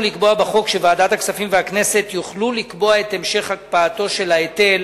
לקבוע בחוק שוועדת הכספים והכנסת יוכלו לקבוע את המשך הקפאתו של ההיטל